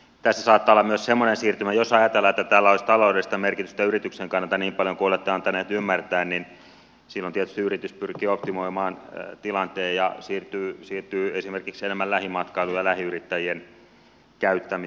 tässä saattaa olla myös semmoinen siirtymä jos ajatellaan että tällä olisi taloudellista merkitystä yrityksen kannalta niin paljon kuin olette antaneet ymmärtää että silloin tietysti yritys pyrkii optimoimaan tilanteen ja siirtyy esimerkiksi enemmän lähimatkailuun ja lähiyrittäjien käyttämiseen